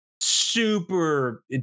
super